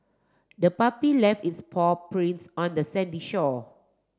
the puppy left its paw prints on the sandy shore